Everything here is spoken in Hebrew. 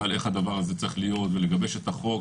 איך הדבר הזה צריך להיות ולגיבוש החוק,